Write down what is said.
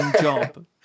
job